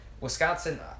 Wisconsin